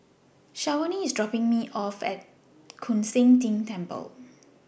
Shavonne IS dropping Me off At Koon Seng Ting Temple